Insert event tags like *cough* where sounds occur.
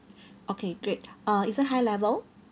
*breath* okay great uh is it high level